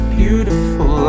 beautiful